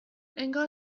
انگار